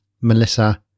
Melissa